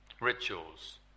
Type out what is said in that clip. rituals